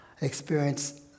experience